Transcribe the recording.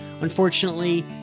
Unfortunately